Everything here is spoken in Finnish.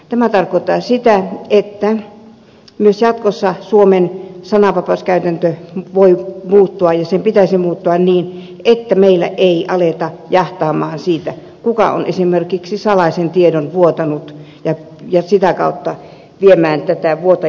tämä tarkoittaa sitä että myös jatkossa suomen sananvapauskäytäntö voi muuttua ja sen pitäisi muuttua niin että meillä ei aleta jahdata sitä kuka on esimerkiksi salaisen tiedon vuotanut ja sitä kautta viedä tätä vuotajaa oikeuteen